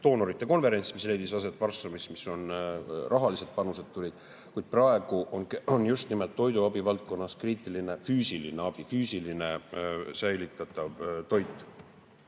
doonorite konverents, mis leidis aset Varssavis. Sealt tulid rahalised panused. Kuid praegu on just nimelt toiduabi valdkonnas kriitiline füüsiline abi, füüsiline säilitatav toit.